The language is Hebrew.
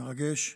מרגש.